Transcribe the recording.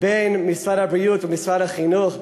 בין משרד הבריאות למשרד החינוך,